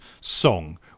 song